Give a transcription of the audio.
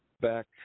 back